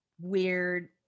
weird